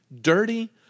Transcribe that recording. dirty